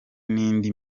n’indi